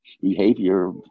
behavior